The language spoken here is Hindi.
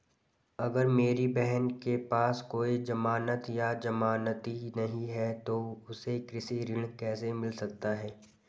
अगर मेरी बहन के पास कोई जमानत या जमानती नहीं है तो उसे कृषि ऋण कैसे मिल सकता है?